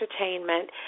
entertainment